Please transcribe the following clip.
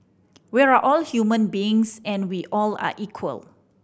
we're all human beings and we all are equal